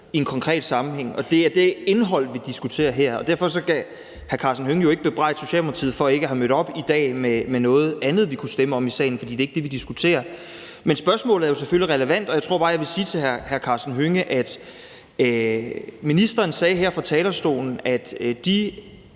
i en konkret sammenhæng, og det er indholdet i det, vi diskuterer her i dag. Derfor kan hr. Karsten Hønge jo ikke bebrejde Socialdemokratiet for ikke at have mødt op i dag med noget andet, vi kunne stemme om i salen. For det er ikke det, vi diskuterer. Men spørgsmålet er jo selvfølgelig relevant, og jeg tror bare, at jeg vil sige til hr. Karsten Hønge, at ministeren her fra talerstolen sagde,